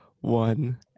one